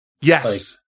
yes